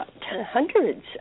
hundreds